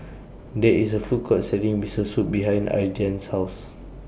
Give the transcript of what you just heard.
There IS A Food Court Selling Miso Soup behind Aydan's House